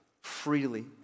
freely